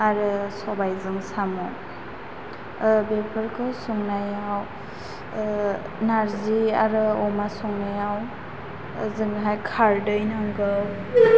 आरो सबाइजों साम' बेफोरखौ संनायाव नारजि आरो अमा संनायाव ओजोंहाय खारदै नांगौ